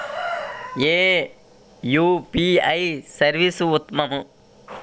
ఏ UPI service ఉత్తమము?